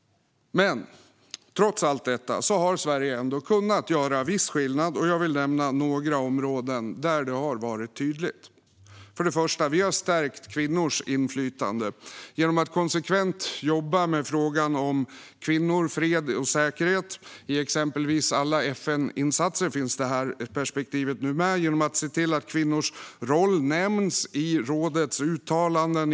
Trots detta har Sverige ändå kunnat göra viss skillnad, och jag vill nämna några områden där det har varit tydligt. För det första: Vi har stärkt kvinnors inflytande genom att konsekvent jobba med frågan om kvinnor, fred och säkerhet i exempelvis alla FN-insatser, där detta perspektiv nu finns med. Vi har sett till att kvinnors roll nämnts i rådets uttalanden.